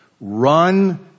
Run